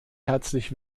herzlich